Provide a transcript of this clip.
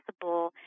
possible